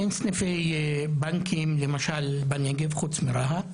אין סניפי בנקים בנגב, חוץ מרהט,